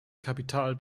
kapital